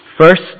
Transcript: First